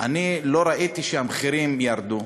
אני לא ראיתי שהמחירים ירדו.